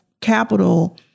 capital